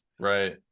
Right